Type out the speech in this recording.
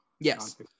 Yes